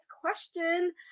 question